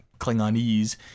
Klingonese